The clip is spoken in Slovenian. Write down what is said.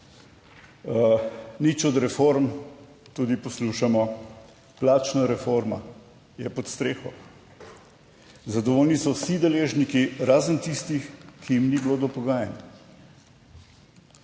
Nič od reform, tudi poslušamo, plačna reforma je pod streho, zadovoljni so vsi deležniki, razen tistih, ki jim ni bilo do pogajanj.